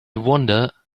wonder